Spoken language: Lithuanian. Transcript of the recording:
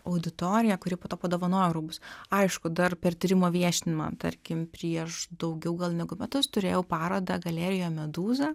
auditoriją kuri po to padovanojo rūbus aišku dar per tyrimo viešinimą tarkim prieš daugiau negu metus turėjau parodą galerijoje medūza